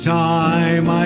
time